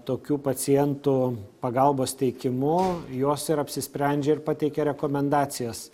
tokių pacientų pagalbos teikimu jos ir apsisprendžia ir pateikia rekomendacijas